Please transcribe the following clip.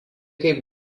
kaip